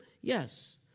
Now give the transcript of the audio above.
Yes